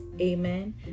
Amen